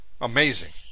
amazing